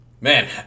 man